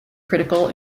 critical